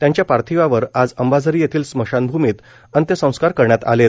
त्यांच्या पार्थिवावर आज अंबाझरी येथील स्मशानभूमीत अंत्यसंस्कार करण्यात आलेत